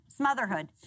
smotherhood